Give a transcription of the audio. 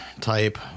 type